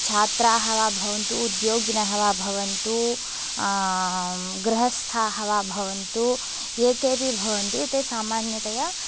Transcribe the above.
छात्राः वा भवन्तु उद्योगिनः वा भवन्तु गृहस्थाः वा भवन्तु ये केपि भवन्ति ते सामान्यतया